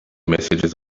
messages